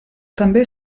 també